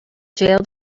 jailed